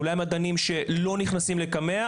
אולי מדענים שלא נכנסים לקמ"ע,